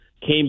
came